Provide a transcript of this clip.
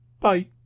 Bye